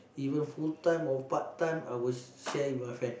even full time or part time I would share with my friend